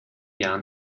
jahren